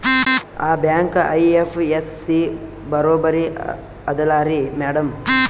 ಆ bank IFSC ಬರೊಬರಿ ಅದಲಾರಿ ಮ್ಯಾಡಂ?